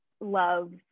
love